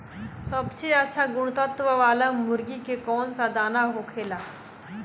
सबसे अच्छा गुणवत्ता वाला मुर्गी के कौन दाना होखेला?